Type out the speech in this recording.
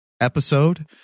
episode